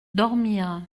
dormir